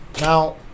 Now